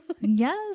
yes